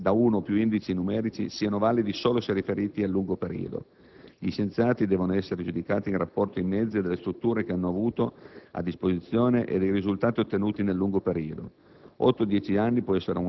scienziati devono essere giudicati in rapporto ai mezzi ed alle strutture che hanno avuto a disposizione ed ai risultati ottenuti nel lungo periodo.